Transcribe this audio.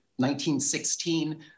1916